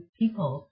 people